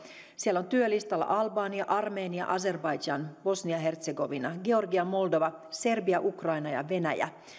siellä on työlistalla albania armenia azerbaidzhan bosnia ja hertsegovina georgia moldova serbia ukraina ja venäjä